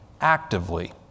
actively